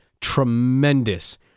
tremendous